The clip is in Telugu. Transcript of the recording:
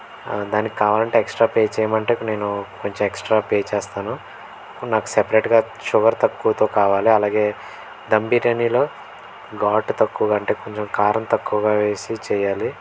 దానికి కావాలంటే ఎక్స్ట్రా పే చేయమంటే నేనూ కొంచెం ఎక్స్ట్రా పే చేస్తాను నాకు సెపరేట్గా షుగర్ తక్కువతో కావాలి అలాగే దమ్ బిర్యానీలో ఘాటు తక్కువగా అంటే కొంచెం కారం తక్కువగా వేసి చెయ్యాలి